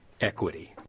equity